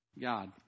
God